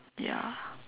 ya